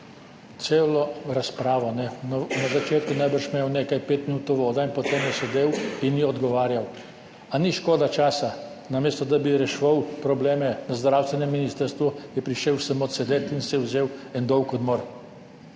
celo razpravo na začetku je najbrž imel nekaj pet minut uvoda in potem je sedel in ni odgovarjal. Ali ni škoda časa? Namesto da bi reševal probleme na zdravstvenem ministrstvu, je prišel samo sedeti in si je vzel en dolg odmor.